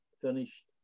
finished